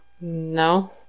No